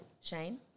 Shane